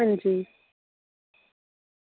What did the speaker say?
अंजी